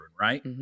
right